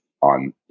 on